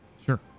Sure